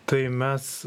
tai mes